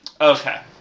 Okay